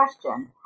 question